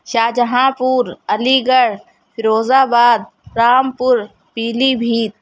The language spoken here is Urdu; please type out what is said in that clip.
شاہجہاں پور علیگڑھ فیروزآباد رامپور پیلیبھیت